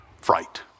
fright